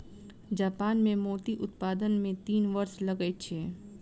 Japan मे मोती उत्पादन मे तीन वर्ष लगै छै